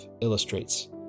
illustrates